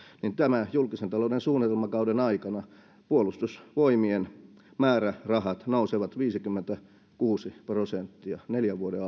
niin tämän julkisen talouden suunnitelmakauden aikana puolustusvoimien määrärahat nousevat viisikymmentäkuusi prosenttia neljän vuoden